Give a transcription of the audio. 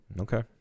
Okay